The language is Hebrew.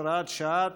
הוראת שעה),